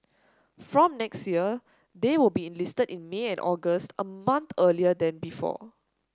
from next year they will be enlisted in May and August a month earlier than before